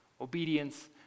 obedience